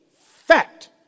fact